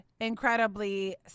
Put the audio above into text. incredibly